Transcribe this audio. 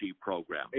program